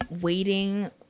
waiting